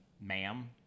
Ma'am